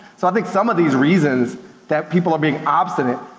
so i think some of these reasons that people are being obstinate,